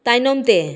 ᱛᱟᱭᱱᱚᱢ ᱛᱮ